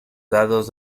dados